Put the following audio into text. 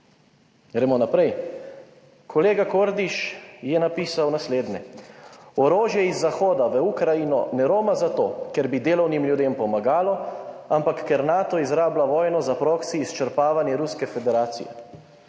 Gremo naprej, kolega Kordiš je napisal naslednje, »Orožje iz Zahoda v Ukrajino ne roma zato, ker bi delovnim ljudem pomagalo, ampak ker Nato izrablja vojno za proksi izčrpavanje Ruske federacije.«